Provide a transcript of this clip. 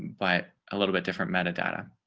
but a little bit different metadata.